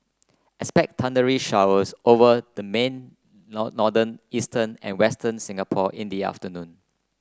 expect thundery showers over the main northern eastern and western Singapore in the afternoon